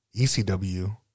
ECW